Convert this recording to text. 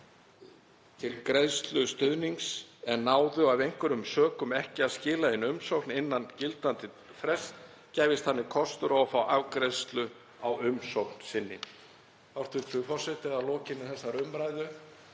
til greiðslu stuðnings en náðu af einhverjum sökum ekki að skila inn umsókn innan núgildandi frests, gæfist þannig kostur á að fá afgreiðslu á umsókn sinni. Hæstv. forseti. Að lokinni þessari umræðu